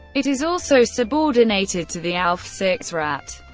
it is also subordinated to the aufsichtsrat,